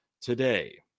today